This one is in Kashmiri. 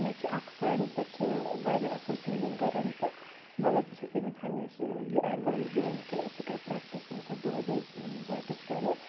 مےٚ چھِ اَکھ فرٛٮ۪نٛڈ سۄ چھِ واریاہ اَصٕل سِنٛگِنٛگ کَران تہٕ مگر بہٕ چھَس تٔمِس ہمیشہِ یہِ اٮ۪ڈوایِز دِوان کہِ ژٕ کَر پرٛٮ۪کٹِس ییٚلہِ سۄ دۄہَے دۄہَے پرٛٮ۪کٹِس کَرِ